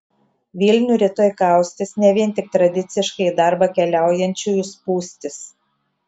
vilnių rytoj kaustys ne vien tik tradiciškai į darbą keliaujančiųjų spūstys